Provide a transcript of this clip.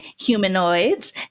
humanoids